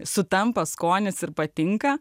sutampa skonis ir patinka